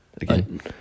again